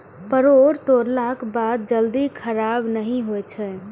परोर तोड़लाक बाद जल्दी खराब नहि होइ छै